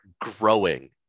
growing